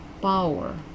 power